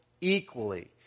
equally